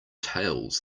tales